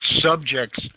subjects